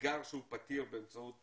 אתגר שהוא פתיר באמצעות